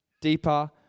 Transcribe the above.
deeper